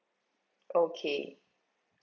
okay